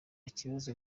kibazo